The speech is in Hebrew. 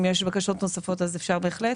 אם יש בקשות נוספות אפשר בהחלט,